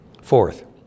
Fourth